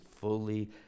fully